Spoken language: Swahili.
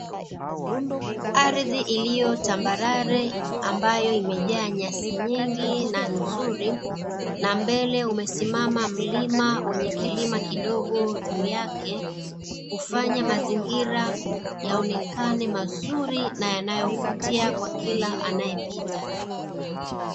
Ardhi iliyotambarare ambayo imejaa nyasi nyingi na nzuri, na mbele umesimama mlima wenye kilima kidogo juu yake, kufanya mazingira yaonekane mazuri na yanayovutia kwa kila anayepita.